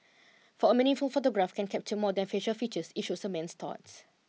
for a meaningful photograph can capture more than facial features it shows a man's thoughts